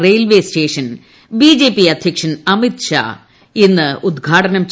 railway station BJP അധ്യക്ഷൻ അമിത്ഷാ ഇന്ന് ഉദ്ഘാടനം ചെയ്യും